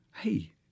Hey